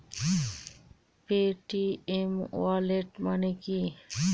Paytm wallet মানে কি?